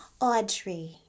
Audrey